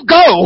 go